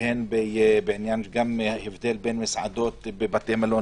והן בעניין ההבדל בין מסעדות בבתי מלון